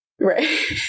Right